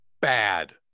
bad